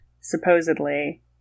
supposedly